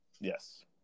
Yes